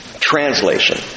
Translation